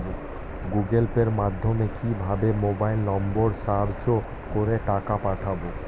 Google Pay মাধ্যমে কিভাবে mobile number search করে টাকা পাঠাবো?